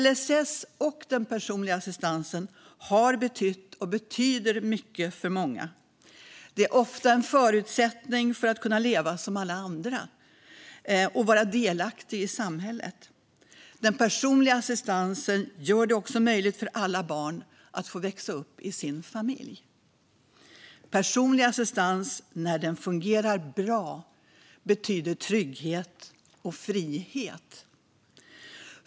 LSS och den personliga assistansen har betytt och betyder mycket för många. Det är ofta en förutsättning för att kunna leva som alla andra och vara delaktig i samhället. Den personliga assistansen gör det också möjligt för alla barn att växa upp i sin familj. Personlig assistans betyder, när den fungerar bra, trygghet och frihet.